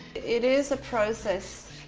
it is a process